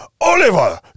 Oliver